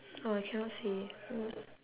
oh I cannot say oh